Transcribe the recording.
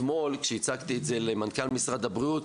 אתמול הצגתי את זה למנכ"ל משרד הבריאות,